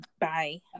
bye